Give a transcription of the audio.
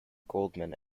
goldman